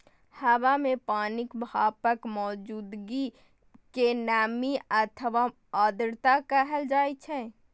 हवा मे पानिक भापक मौजूदगी कें नमी अथवा आर्द्रता कहल जाइ छै